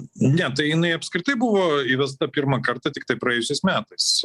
ne tai jinai apskritai buvo įvesta pirmą kartą tiktai praėjusiais metais